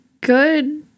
good